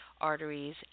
arteries